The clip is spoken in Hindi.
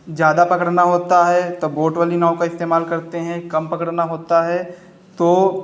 ज़्यादा पकड़ना होता है तब बोट वाली नाव का इस्तेमाल करते हैं कम पकड़ना होता है तो